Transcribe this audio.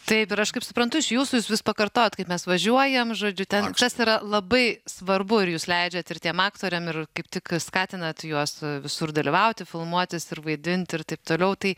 taip ir aš kaip suprantu iš jūsų vis pakartojat kaip mes važiuojam žodžiu ten kas yra labai svarbu ar jūs leidžiat ir tiem aktoriam ir kaip tik skatinat juos visur dalyvauti filmuotis ir vaidinti ir taip toliau tai